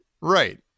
Right